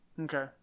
Okay